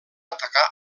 atacar